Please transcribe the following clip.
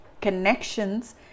connections